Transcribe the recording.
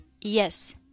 Yes